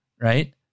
right